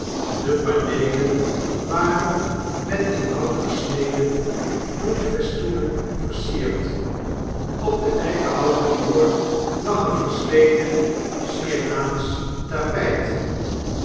de paneelen waren met in hout gesneden bloemfestoenen versierd op den eikenhouten vloer lag een versleten smirnaasch tapyt